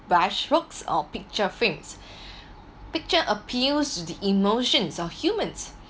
brush strokes or picture frames picture appeals the emotions of humans